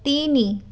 ତିନି